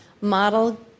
model